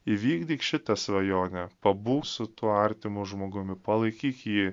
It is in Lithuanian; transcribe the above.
įvykdyk šitą svajonę pabūk su tuo artimu žmogumi palaikyk jį